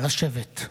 (חברי הכנסת מכבדים בקימה את צאת נשיא המדינה מאולם המליאה.) נא לשבת.